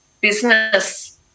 business